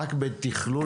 רק בתכלול